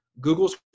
google's